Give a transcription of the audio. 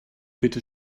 bitte